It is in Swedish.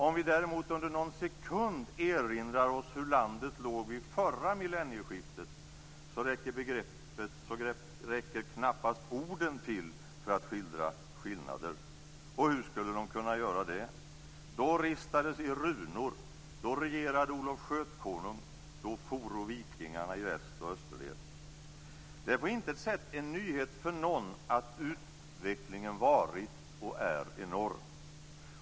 Om vi däremot under någon sekund erinrar oss hur landet låg vid förra millennieskiftet räcker orden knappt till för att skildra skillnaderna. Och hur skulle de kunna göra det? Då ristades i runor. Då regerade Det är på intet sätt en nyhet för någon att utvecklingen varit och är enorm.